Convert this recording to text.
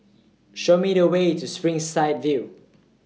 Show Me The Way to Springside View